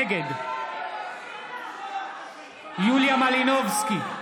נגד יוליה מלינובסקי,